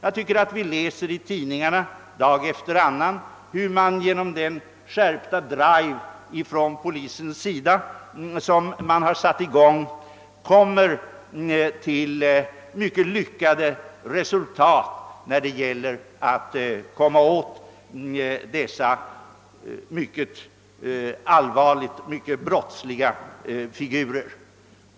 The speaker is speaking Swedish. Vi kan ju dag efter annan läsa i tidningarna att man uppnått mycket lyckade resultat när det gäller att komma åt dessa brottsliga figurer genom den skärpta drive som satts i gång från polisens sida.